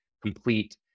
complete